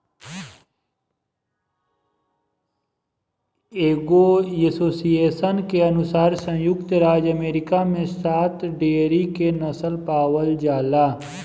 एगो एसोसिएशन के अनुसार संयुक्त राज्य अमेरिका में सात डेयरी के नस्ल पावल जाला